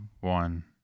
one